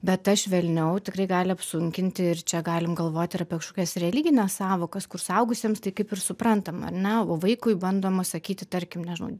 bet tas švelniau tikrai gali apsunkinti ir čia galim galvot ir apie kažkokias religines sąvokas kur suaugusiems tai kaip ir suprantama ar ne o vaikui bandoma sakyti tarkim nežinau